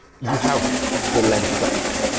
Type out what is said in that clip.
you have the length of that event,